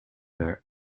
their